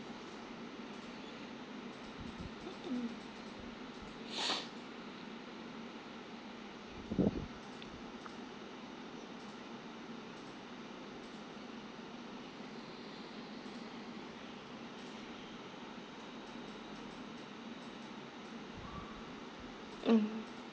mm mm